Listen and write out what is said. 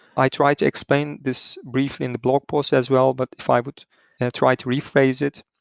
i try to explain this briefly in the blog post as well, but if i would try to rephrase it,